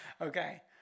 Okay